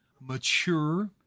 mature